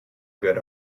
good